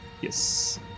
yes